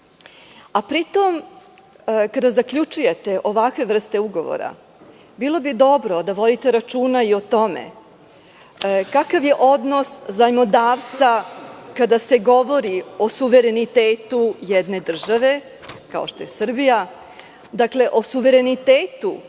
zadužuje. Kada zaključujete ovakvu vrstu ugovora, bilo bi dobro da vodite računa i o tome kakav je odnos zajmodavca kada se govori o suverenitetu jedne države kao što je Srbija, o suverenitetu